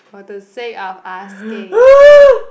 for the sake of asking